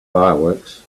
fireworks